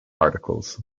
articles